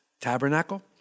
Tabernacle